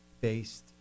based